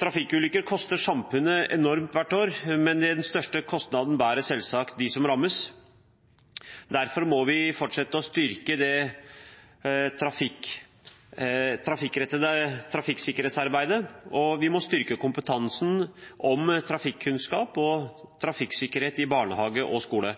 Trafikkulykker koster samfunnet enormt hvert år, men den største kostnaden bærer selvsagt de som rammes. Derfor må vi fortsette å styrke det trafikkrettede trafikksikkerhetsarbeidet, og vi må styrke kompetansen i trafikkunnskap og trafikksikkerhet i barnehage og skole.